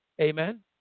Amen